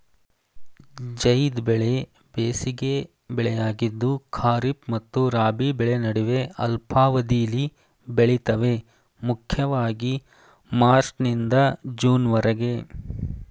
ಝೈದ್ ಬೆಳೆ ಬೇಸಿಗೆ ಬೆಳೆಯಾಗಿದ್ದು ಖಾರಿಫ್ ಮತ್ತು ರಾಬಿ ಬೆಳೆ ನಡುವೆ ಅಲ್ಪಾವಧಿಲಿ ಬೆಳಿತವೆ ಮುಖ್ಯವಾಗಿ ಮಾರ್ಚ್ನಿಂದ ಜೂನ್ವರೆಗೆ